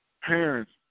parents